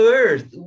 earth